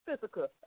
physical